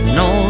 no